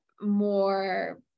more